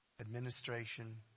administration